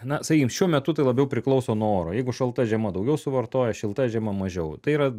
na sakykim šiuo metu tai labiau priklauso nuo oro jeigu šalta žiema daugiau suvartoja šilta žiema mažiau tai yra